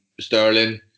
Sterling